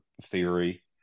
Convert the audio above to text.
theory